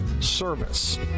service